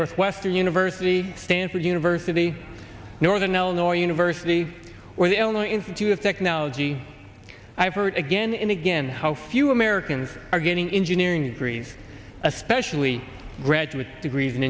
northwestern university stanford university northern illinois university where the only institute of technology i have heard again and again how few americans are getting into nearing degrees especially graduate degrees in